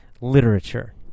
literature